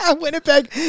Winnipeg